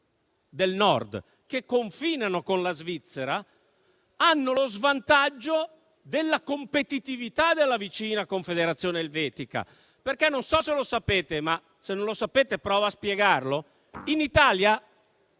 del Nord, che confinano con la Svizzera, hanno lo svantaggio della competitività della vicina Confederazione elvetica. Non so se lo sapete, ma nel caso provo a spiegare che in Italia,